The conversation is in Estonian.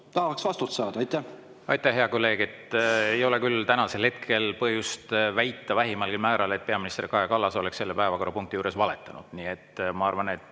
Tahaks vastust saada. Aitäh! Hea kolleeg, ei ole küll tänasel hetkel põhjust väita vähimalgi määral, et peaminister Kaja Kallas oleks selle päevakorrapunkti juures valetanud. Nii et ma arvan, et